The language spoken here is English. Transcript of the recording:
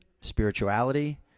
Spirituality